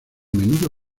menudo